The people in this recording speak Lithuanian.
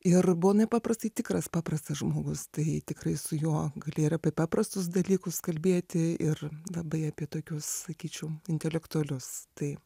ir buvo nepaprastai tikras paprastas žmogus tai tikrai su juo galėjai ir apie paprastus dalykus kalbėti ir labai apie tokius sakyčiau intelektualius tai